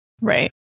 Right